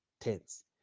tense